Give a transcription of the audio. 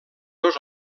dos